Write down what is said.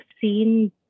seen